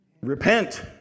Repent